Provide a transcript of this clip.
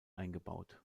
eingebaut